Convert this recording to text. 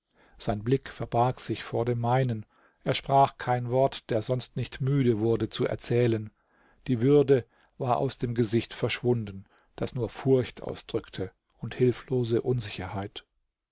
sein blick verbarg sich vor dem meinen er sprach kein wort der sonst nicht müde wurde zu erzählen die würde war aus dem gesicht verschwunden das nur furcht ausdrückte und hilflose unsicherheit